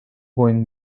going